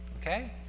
okay